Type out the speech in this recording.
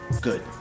good